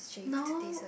now